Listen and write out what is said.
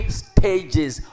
stages